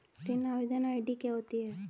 ऋण आवेदन आई.डी क्या होती है?